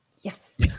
yes